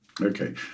Okay